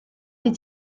des